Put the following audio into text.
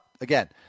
again